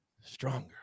stronger